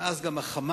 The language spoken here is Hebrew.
מאז גם ה"חמאס"